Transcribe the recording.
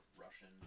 Russian